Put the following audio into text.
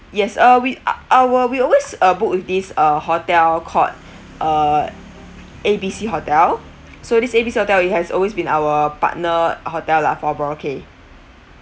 yes uh we ah ah we always uh book with this uh hotel called uh A B C hotel so this A B C hotel it has always been our partner hotel lah for boracay